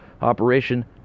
operation